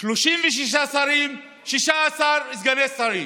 36 שרים, 16 סגני שרים.